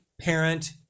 parent